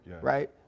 right